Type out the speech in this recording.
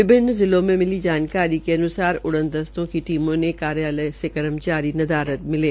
विभिन्न जिलों में जिली जानकारी के अनुसार उड़ान दस्ते की टीमों को कार्यलय में कर्मचारी नदारत मिले